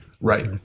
Right